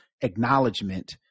acknowledgement